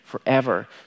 forever